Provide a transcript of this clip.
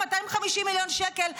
250 מיליון שקל,